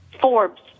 Forbes